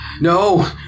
no